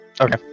Okay